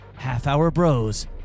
halfhourbros